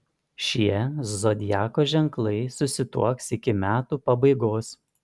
šie zodiako ženklai susituoks iki metų pabaigos